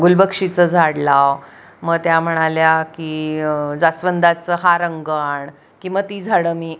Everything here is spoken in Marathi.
गुलबक्षीचं झाड लाव मग त्या म्हणाल्या की जास्वंदाचं हा रंग की मग ती झाडं मी